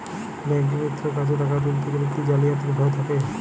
ব্যাঙ্কিমিত্র কাছে টাকা তুলতে গেলে কি জালিয়াতির ভয় থাকে?